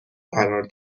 قرار